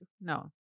no